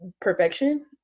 perfection